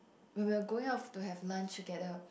when we are going out to have lunch together